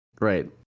Right